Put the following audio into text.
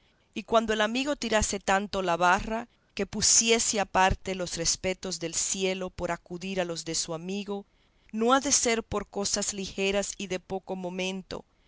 y cuando el amigo tirase tanto la barra que pusiese aparte los respetos del cielo por acudir a los de su amigo no ha de ser por cosas ligeras y de poco momento